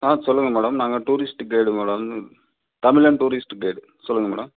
ஆ சொல்லுங்கள் மேடம் நாங்கள் tourist guide madam தமிழன் டூரிஸ்ட்டு கைடு சொல்லுங்கள் மேடம்